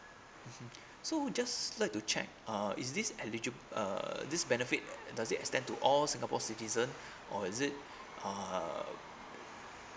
mmhmm so we just like to check uh is this eligib~ uh this benefit does it extend to all singapore citizen or is it uh